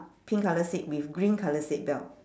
pink colour seat with green colour seat belt